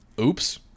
oops